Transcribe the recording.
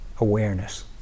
Awareness